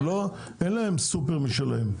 אין להם סופר משלהם.